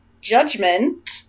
Judgment